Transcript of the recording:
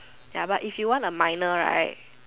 ya but if you want a minor right